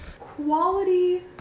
Quality